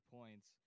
points